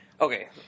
okay